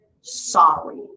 sorry